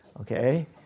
Okay